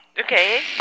Okay